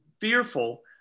Fearful